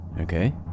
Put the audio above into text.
Okay